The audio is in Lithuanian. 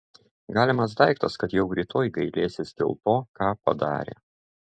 galimas daiktas kad jau rytoj gailėsis dėl to ką padarė